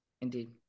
Indeed